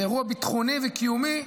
זה אירוע ביטחוני וקיומי.